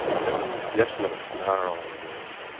there was the suggestion of a snarl in her voice.